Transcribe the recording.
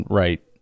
right